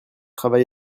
travail